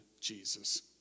Jesus